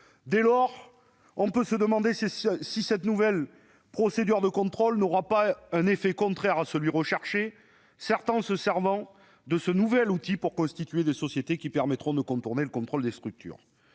Dès lors, on peut se demander si cette nouvelle procédure de contrôle n'aura pas un effet contraire à celui qui est recherché, certains se servant de ce nouvel outil pour constituer des sociétés qui permettront de contourner le contrôle des structures.